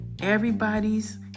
Everybody's